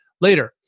later